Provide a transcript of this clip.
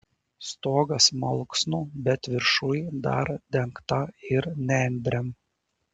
stogas malksnų bet viršuj dar dengta ir nendrėm